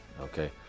okay